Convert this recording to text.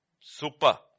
super